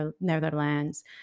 Netherlands